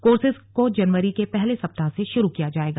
courses को जनवरी के पहले सप्ताह से शुरू किया जाएगा